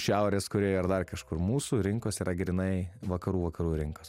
šiaurės korėjoj ar dar kažkur mūsų rinkos yra grynai vakarų vakarų rinkos